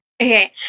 Okay